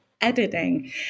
editing